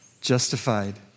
justified